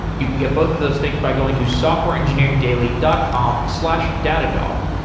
you can get both of those things by going to softwareengineeringdaily dot com slash datadog.